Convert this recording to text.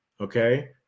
Okay